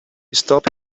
stop